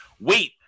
wait